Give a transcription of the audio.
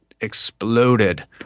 exploded